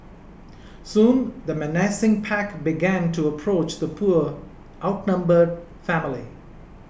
soon the menacing pack began to approach the poor outnumbered family